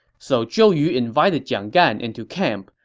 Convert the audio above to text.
so zhou yu invited jiang gan into camp,